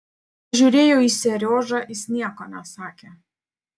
pažiūrėjau į seriožą jis nieko nesakė